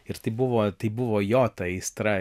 ir tai buvo tai buvo jo ta aistra